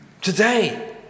Today